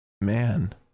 man